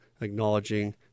acknowledging